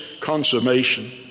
consummation